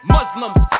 Muslims